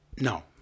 No